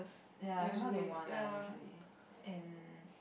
ya more than one ah usually and